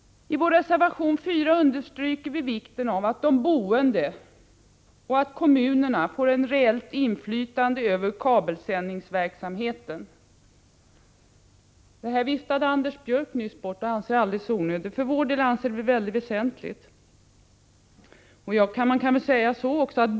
I vår reservation 4 understryker vi vikten av att de boende och kommunerna får ett rejält inflytande över kabelsändningsverksamheten. Detta viftade Anders Björck nyss bort och ansåg ett sådant inflytande helt onödigt. Vi menar att det är mycket väsentligt.